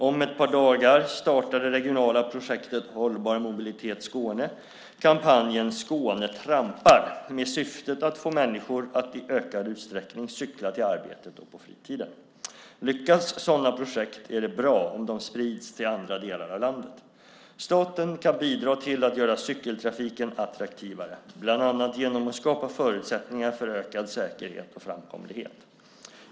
Om ett par dagar startar det regionala projektet Hållbar Mobilitet Skåne kampanjen Skånetrampar med syftet att få människor att i ökad utsträckning cykla till arbetet och på fritiden. Lyckas sådana projekt är det bra om de sprids till andra delar av landet. Staten kan bidra till att göra cykeltrafiken attraktivare, bland annat genom att skapa förutsättningar för ökad säkerhet och framkomlighet.